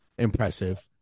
Impressive